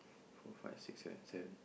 four five six seven seven